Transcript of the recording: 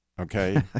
Okay